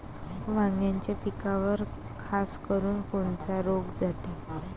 वांग्याच्या पिकावर खासकरुन कोनचा रोग जाते?